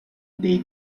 dei